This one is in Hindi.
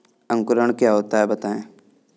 अंकुरण क्या होता है बताएँ?